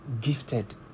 gifted